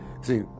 see